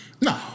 No